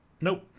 Nope